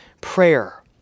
prayer